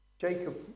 Jacob